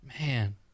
Man